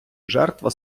жертва